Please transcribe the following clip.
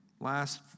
Last